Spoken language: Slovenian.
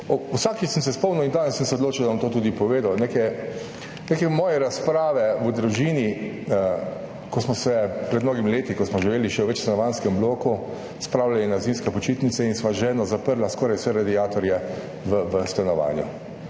vsakič spomnil, in danes sem se odločil, da bom to tudi povedal, neke moje razprave v družini pred mnogimi leti, ko smo živeli še v večstanovanjskem bloku, spravljali smo se na zimske počitnice in sva z ženo zaprla skoraj vse radiatorje v stanovanju.